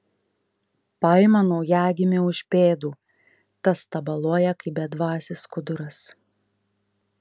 paima naujagimį už pėdų tas tabaluoja kaip bedvasis skuduras